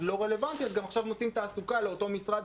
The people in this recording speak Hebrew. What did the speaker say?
משרד לא רלוונטי, עכשיו מוצאים תעסוקה לאותו משרד